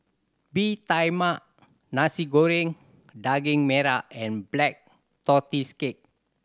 Bee Tai Mak Nasi Goreng Daging Merah and Black Tortoise Cake